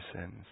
sins